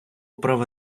права